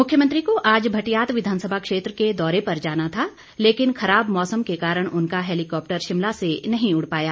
मुख्यमंत्री को आज भटियात विधानसभा क्षेत्र के दौरे पर जाना था लेकिन खराब मौसम के कारण उनका हैलीकॉप्टर शिमला से नहीं उड़ पाया